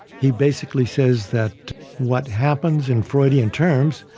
he basically says that what happens in freudian terms,